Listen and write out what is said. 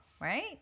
right